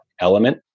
element